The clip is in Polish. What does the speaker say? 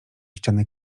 ściany